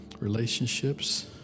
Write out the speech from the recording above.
relationships